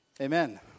Amen